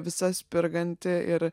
visa spirganti ir